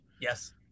Yes